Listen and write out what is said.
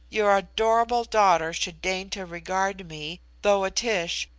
your adorable daughter should deign to regard me, though a tish,